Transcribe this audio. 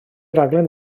raglen